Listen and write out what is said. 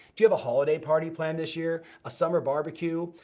do you have a holiday party planned this year, a summer barbecue,